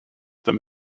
them